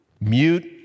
mute